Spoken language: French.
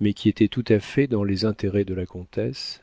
mais qui était tout à fait dans les intérêts de la comtesse